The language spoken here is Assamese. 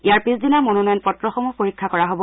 ইয়াৰ পিছদিনা মনোনয়নপত্ৰসমূহ পৰীক্ষা কৰা হব